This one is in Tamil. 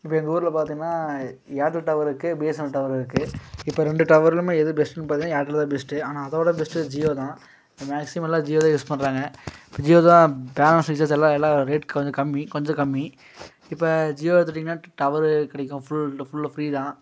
இப்போ எங்கள் ஊரில் பார்த்தீங்கன்னா ஏர்டெல் டவர் இருக்குது பிஎஸ்என்எல் டவர் இருக்குது இப்போ ரெண்டு டவர்லேயுமே எது பெஸ்ட்டுன்னு பார்த்தீங்கன்னா ஏர்டெல்லு தான் பெஸ்ட்டு ஆனால் அதை விட பெஸ்ட்டு ஜியோ தான் இப்போ மேக்ஸிமம் எல்லா ஜியோ தான் யூஸ் பண்ணுறாங்க இப்போ ஜியோ தான் பேலன்ஸ் ரீசார்ஜ் எல்லா எல்லா ரேட் கொஞ்சம் கம்மி கொஞ்சம் கம்மி இப்போ ஜியோ எடுத்துட்டீங்கன்னா டவரு கிடைக்கும் ஃபுல்டு ஃபுல்லும் ஃப்ரீ தான்